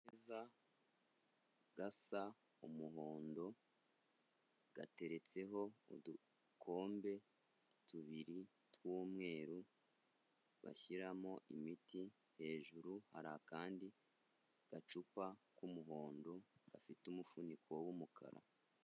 Akabati gasa umuhondo gateretseho udukombe tubiri tw'umweru bashyiramo imiti hejuru harikandi agacupa k'umuhondo gafite umufuniko w’umukara.